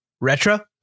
retro